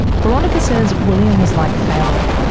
boronika says william was like family.